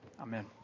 Amen